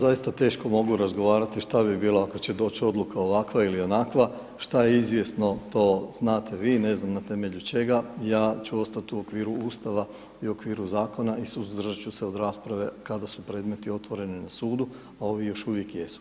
Ja zaista teško mogu razgovarati što bi bilo ako će doći odluka ovakva ili onakva, što je izvjesno, to znate vi, ne znam na temelju čega, ja ću ostati u okviru Ustava i okviru zakona i suzdržat ću se od rasprave kada su predmeti otvoreni na sudu, a ovi još uvijek jesu.